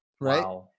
Right